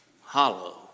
hollow